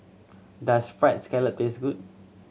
does Fried Scallop taste good